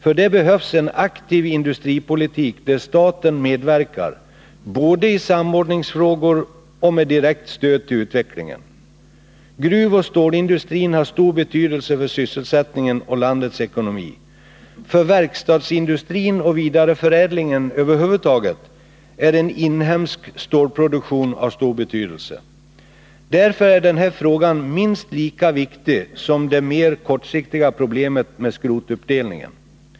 För det behövs en aktiv industripolitik där staten medverkar både i samordningsfrågor och med direkt stöd till utvecklingen. Gruvoch stålindustrin har stor betydelse för sysselsättningen och landets ekonomi. För verkstadsindustrin och vidareförädlingen över huvud taget är en inhemsk stålproduktion av stor betydelse. Därför är den här frågan minst lika viktig som det mer kortsiktiga problemet med skrotuppdelningen.